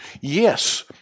Yes